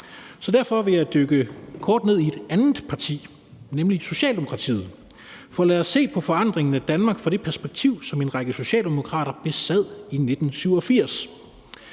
Så derfor vil jeg dykke kort ned i et andet parti, nemlig Socialdemokratiet, for lad os se på forandringen af Danmark fra det perspektiv, som en række socialdemokrater besad i 1987.